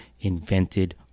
invented